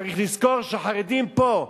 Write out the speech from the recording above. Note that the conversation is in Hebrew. צריך לזכור שהחרדים פה,